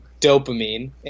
dopamine